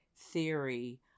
theory